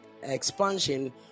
Expansion